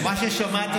מה אתה מנסה להגיד?